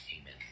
Amen